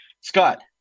Scott